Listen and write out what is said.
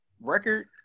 record